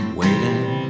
waiting